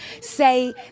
say